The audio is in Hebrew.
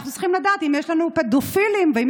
אנחנו צריכים לדעת אם יש לנו פדופילים ואם